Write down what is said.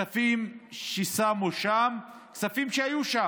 הכספים ששמו שם הם כספים שהיו שם.